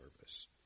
service